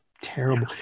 terrible